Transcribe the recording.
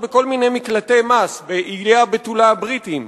בכל מיני מקלטי מס באיי הבתולה הבריטיים.